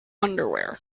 underwear